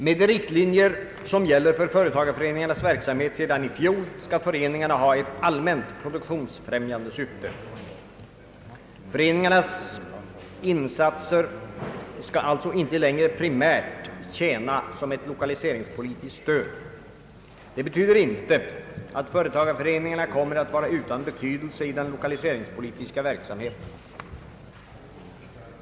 Med de riktlinjer som gäller för företagareföreningarnas verksamhet sedan i fjol skall föreningarna ha ett allmänt produktionsfrämjande syfte. Föreningarnas insatser skall alltså inte längre primärt tjäna som ett lokaliseringspolitiskt stöd. Det betyder inte att företagareföreningarna kommer att vara utan betydelse i den lokaliseringspolitiska verksamheten.